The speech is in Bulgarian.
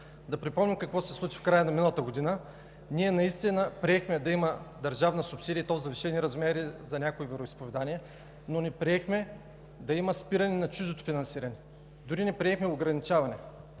Да припомним какво се случи в края на миналата година. Ние наистина приехме да има държавна субсидия, и то в завишени размери за някои вероизповедания, но не приехме да има спиране на чуждото финансиране. Дори не приехме ограничаване,